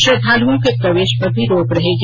श्रद्धालुओं के प्रवेश पर भी रोक रहेगी